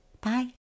Bye